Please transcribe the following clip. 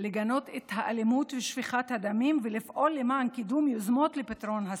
לגנות את האלימות ושפיכת הדמים ולפעול למען קידום יוזמות לפתרון הסכסוך.